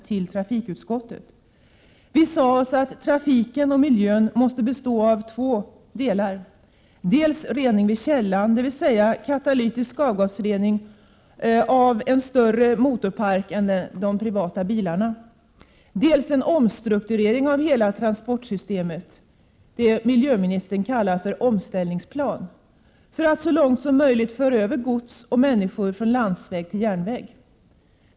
Vi sade att trafiken och miljön måste bestå av två delar, dels rening vid källan, dvs. katalytisk avgasrening av en större motorpark än de privata bilarna, dels en omstrukturering av hela transportsystemet — det som miljöministern kallar en omställningsplan — för att så långt som möjligt föra över gods och människor från landsväg till järnväg.